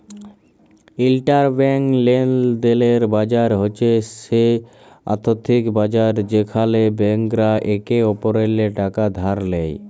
interbank লেলদেলের বাজার হছে সে আথ্থিক বাজার যেখালে ব্যাংকরা একে অপরেল্লে টাকা ধার লেয়